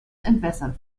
entwässert